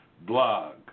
blog